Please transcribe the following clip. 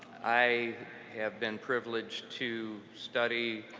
i have been privileged to study